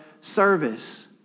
service